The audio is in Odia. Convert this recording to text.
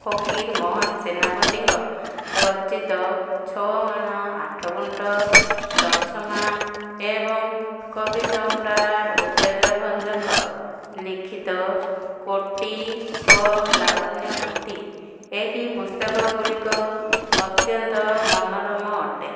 ଫକୀରମୋହନ ସେନାପତିଙ୍କ ରଚିତ ଛଅ ମାଣ ଆଠ ଗୁଣ୍ଠ ଲଛମା ଏବଂ କବି ସମ୍ରାଟ ଉପେନ୍ଦ୍ରଭଞ୍ଜଙ୍କ ଲିଖିତ କୋଟି ଓ ଲାବନ୍ୟବତୀ ଏହି ପୁସ୍ତକ ଗୁଡ଼ିକ ଅତ୍ୟନ୍ତ ମନୋରମ ଅଟେ